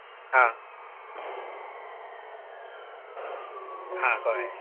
आ हा कळें